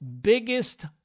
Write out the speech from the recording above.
biggest